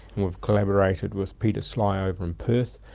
and we've collaborated with peter sly over in perth,